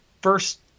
first